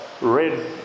red